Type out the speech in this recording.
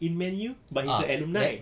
in man U but he's an alumni